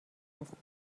هستیم